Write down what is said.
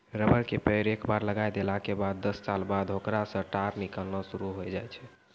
rubber के पेड़ एक बार लगाय देला के बाद दस साल बाद होकरा सॅ टार निकालना शुरू होय जाय छै